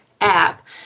app